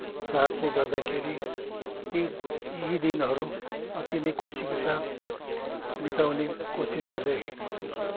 साथले गर्दाखेरि ती यी दिनहरू अति नै खुसीको साथ बिताउने कोसिस गरिरहेको छु